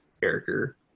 character